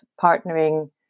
partnering